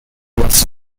was